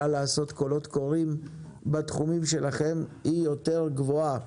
לעשות קולות קוראים בתחומים שלכם היא יותר גבוהה.